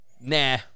nah